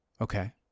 Okay